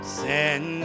send